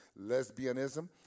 lesbianism